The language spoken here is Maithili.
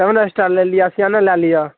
सेवन एस्टार लऽ लिअऽ असिआना लऽ लिअऽ